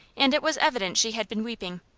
and it was evident she had been weeping.